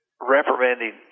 reprimanding